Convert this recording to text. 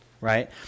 right